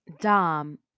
Dom